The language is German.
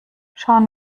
schauen